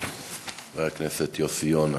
חבר הכנסת יוסי יונה,